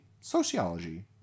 sociology